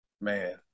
Man